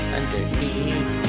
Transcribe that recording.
Underneath